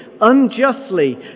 unjustly